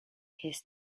his